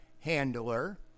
handler